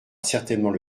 certainement